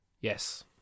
Yes